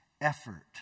effort